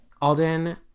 Alden